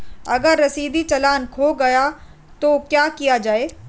अगर रसीदी चालान खो गया तो क्या किया जाए?